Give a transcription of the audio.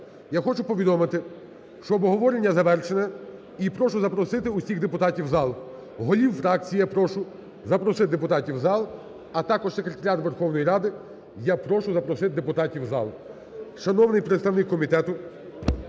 я хочу повідомити, що обговорення завершене. І прошу запросити усіх депутатів в зал. Голів фракцій я прошу запросити депутатів в зал, а також Секретаріат Верховної Ради я прошу запросити депутатів в зал. Шановний представник комітету,